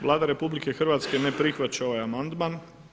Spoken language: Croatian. Vlada RH ne prihvaća ovaj amandman.